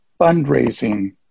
fundraising